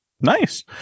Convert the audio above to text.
Nice